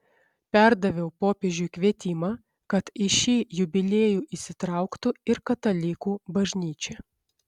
perdaviau popiežiui kvietimą kad į šį jubiliejų įsitrauktų ir katalikų bažnyčia